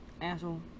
Asshole